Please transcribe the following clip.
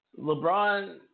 LeBron